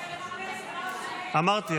אמרתי,